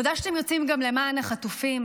תודה שאתם יוצאים גם למען החטופים.